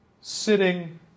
sitting